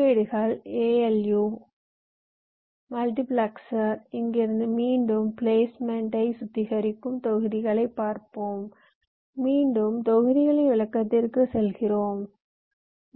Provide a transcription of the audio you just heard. பதிவேடுகள் ALU multiplexer இங்கிருந்து மீண்டும் பிளேஸ்மெண்ட்டை சுத்திகரிக்கும் தொகுதிகளை பார்ப்போம் மீண்டும் தொகுதிகளின் விளக்கத்திற்குச் செல்கிறோம்